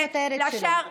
אבל רק הכותרת שלו,